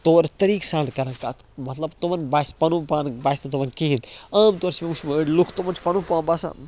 طور طریٖقہٕ سان کَرن کَتھ مطلَب تِمَن باسہِ پَنُن پانہٕ باسہِ نہٕ تِمَن کِہیٖنۍ عام طور چھِ مےٚ وٕچھمُت أڑۍ لُکھ تِمَن چھِ پَنُن پان باسان